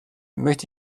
möchte